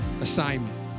assignment